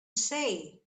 say